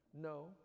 No